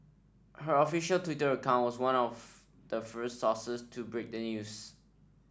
her official Twitter account was one of the first sources to break the news